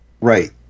Right